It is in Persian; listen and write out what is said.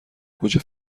گوجه